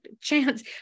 chance